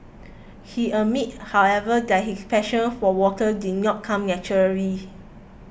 he admits however that his passion for water did not come naturally